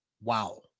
wow